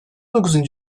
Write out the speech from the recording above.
dokuz